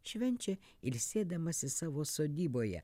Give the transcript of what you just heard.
švenčia ilsėdamasis savo sodyboje